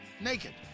naked